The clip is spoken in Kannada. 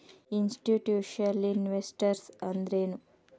ಇನ್ಸ್ಟಿಟ್ಯೂಷ್ನಲಿನ್ವೆಸ್ಟರ್ಸ್ ಅಂದ್ರೇನು?